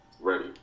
ready